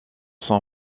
son